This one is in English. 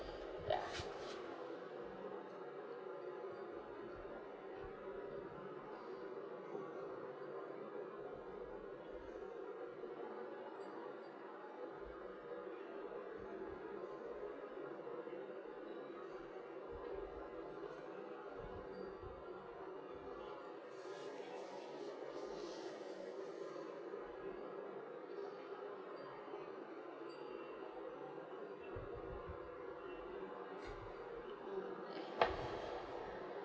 yeah mm